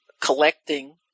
collecting